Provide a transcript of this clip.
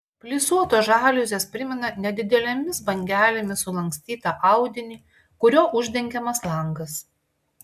plisuotos žaliuzės primena nedidelėmis bangelėmis sulankstytą audinį kuriuo uždengiamas langas